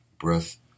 breath